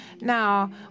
Now